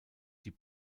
die